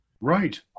Right